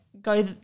go